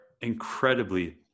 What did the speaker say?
incredibly